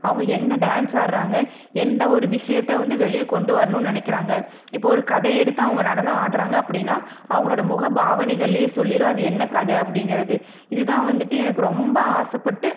அவங்க என்ன டான்ஸ் ஆடுகிறாங்க எந்த ஒரு விஷயத்த வந்து வெளியே கொண்டு வரணுன்னு நினைக்கிறாங்க இப்போது ஒரு கதை எடுத்து அவங்க நடனம் ஆடுகிறாங்க அப்படின்னா அவங்களோடய முக பாவனைகளில் சொல்லிவிடும் அது என்ன கதை அப்படிங்குறது இதுதான் வந்துட்டு எனக்கு ரொம்ப ஆசைப்பட்டு